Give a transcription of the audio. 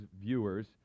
viewers